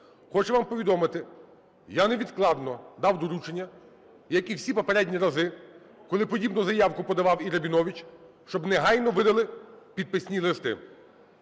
Хочу вам повідомити, я невідкладно дав доручення, як і всі попередні рази, коли подібну заявку подавав і Рабінович, щоб негайно видали підписні листи.